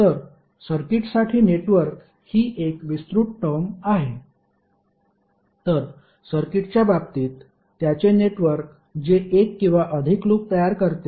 तर सर्किटसाठी नेटवर्क ही एक विस्तृत टर्म आहे तर सर्किटच्या बाबतीत त्याचे नेटवर्क जे एक किंवा अधिक क्लोज लूप तयार करते